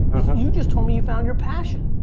you just told me you found your passion.